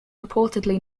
reportedly